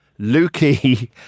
Lukey